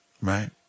Right